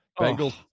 Bengals